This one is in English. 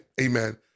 Amen